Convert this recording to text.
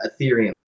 Ethereum